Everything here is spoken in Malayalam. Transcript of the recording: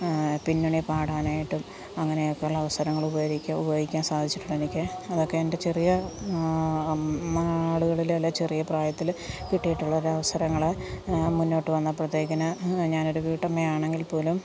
പിന്നണി പാടാനായിട്ടും അങ്ങനെയൊക്കെ ഉള്ള അവസരങ്ങൾ ഉപകരിക്കും ഉപയോഗിക്കാൻ സാധിച്ചിട്ടുണ്ട് എനിക്ക് അതൊക്കെ എൻ്റെ ചെറിയ മാളുകളിൽ അല്ലെങ്കിൽ ചെറിയ പ്രായത്തിൽ കിട്ടിയിട്ടുള്ള അവസരങ്ങൾ മുന്നോട്ട് വന്നപ്പോഴത്തേക്കിന് ഞാനൊരു വീട്ടമ്മ ആണെങ്കിൽ പോലും